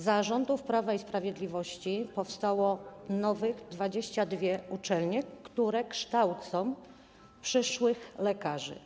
Za rządów Prawa i Sprawiedliwości powstały 22 nowe uczelnie, które kształcą przyszłych lekarzy.